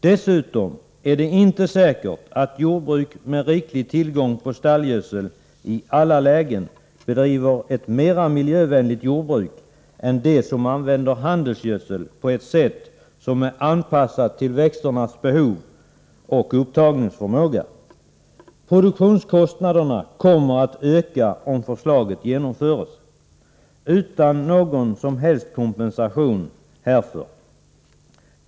Dessutom är det inte säkert att jordbruk med riklig tillgång på stallgödsel i alla lägen bedriver ett mer miljövänligt jordbruk än de som använder handelsgödsel på ett sätt som är anpassat till växternas behov och upptagningsförmåga. Produktionskostnaderna kommer att öka om förslaget genomförs utan någon som helst kompensation härför.